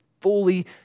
fully